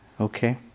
okay